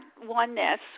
oneness